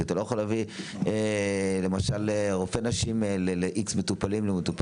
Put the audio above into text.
כי אתה לא יכול להביא למשל רופא נשים ל"איקס" מטופלות.